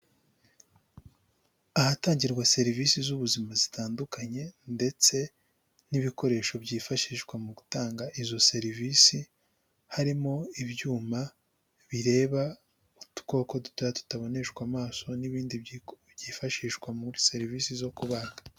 Ahatangirwa serivisi z'ubuzima zitandukanye ndetse n'ibikoresho byifashishwa mu gutanga izo serivisi, harimo ibyuma bireba udukoko dutoya tutaboneshwa amaso, n'ibindi byifashishwa muri serivisi zo kubaga.